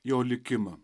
jo likimą